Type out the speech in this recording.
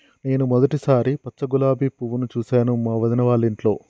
నేను మొదటిసారి పచ్చ గులాబీ పువ్వును చూసాను మా వదిన వాళ్ళింట్లో